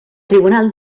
tribunal